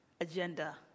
agenda